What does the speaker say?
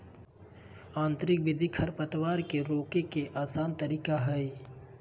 यांत्रिक विधि खरपतवार के रोके के आसन तरीका हइ